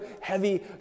heavy